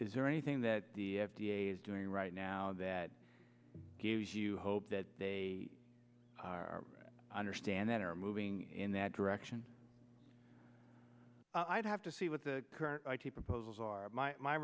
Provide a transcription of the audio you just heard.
is there anything that the f d a is doing right now that gives you hope that they are understand that are moving in that direction i'd have to see what the current proposals are my